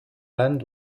land